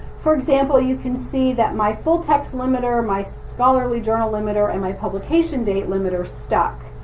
for example, you can see that my full text limiter, my scholarly journal limiter, and my publication date limiter stuck,